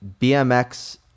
BMX